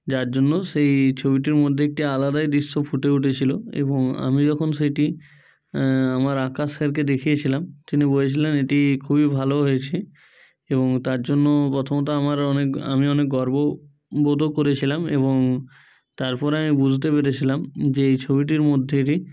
যার জন্য সেই ছবিটির মধ্যে একটি আলাদাই দৃশ্য ফুটে উঠেছিল এবং আমি যখন সেটি আমার আঁকার স্যারকে দেখিয়েছিলাম তিনি বলেছিলেন এটি খুবই ভালো হয়েছে এবং তার জন্য প্রথমত আমার অনেক আমি অনেক গর্ববোধও করেছিলাম এবং তারপরে আমি বুঝতে পেরেছিলাম যে এই ছবিটির মধ্যে একটি